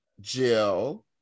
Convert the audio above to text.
Jill